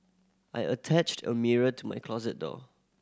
I attached a mirror to my closet door